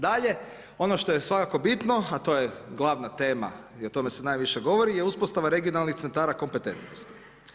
Dalje, ono što je svakako bitno a to je glavna tema, o tome se najviše govori je uspostava regionalnih centara kompetentnosti.